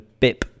BIP